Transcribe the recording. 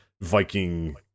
Viking